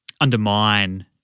undermine